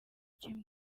kimwe